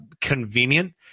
convenient